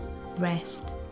rest